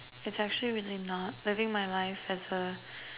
it's actually really not living my life as a